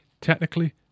technically